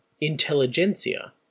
Intelligentsia